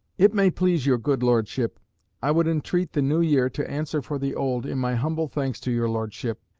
it may please your good lordship i would entreat the new year to answer for the old, in my humble thanks to your lordship,